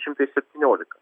šimtai septyniolika